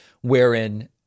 wherein